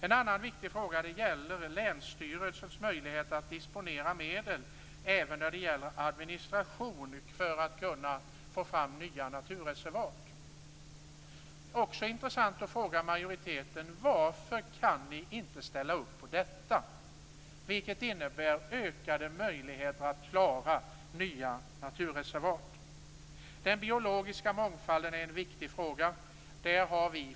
En annan viktig fråga är länsstyrelsens möjligheter att disponera medel även när det gäller administration för att kunna få fram nya naturreservat. Det är också intressant att fråga majoriteten: Varför kan ni inte ställa upp på detta? Det innebär ju ökade möjligheter att klara nya naturreservat. Den biologiska mångfalden är en viktig fråga.